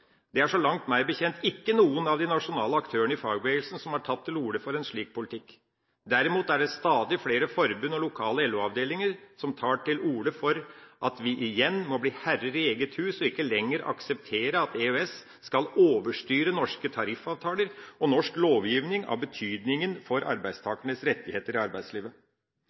Det er så vidt meg bekjent ikke noen av de nasjonale aktørene i fagbevegelsen som har tatt til orde for en slik politikk. Derimot er det stadig flere forbund og lokale LO-avdelinger som tar til orde for at vi igjen må bli herrer i eget hus og ikke lenger akseptere at EØS skal overstyre norske tariffavtaler og norsk lovgivning av betydning for arbeidstakernes rettigheter i arbeidslivet.